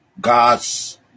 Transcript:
God's